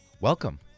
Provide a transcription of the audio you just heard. Welcome